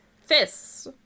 fists